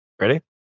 Ready